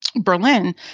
Berlin